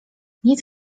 nic